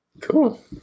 cool